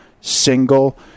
single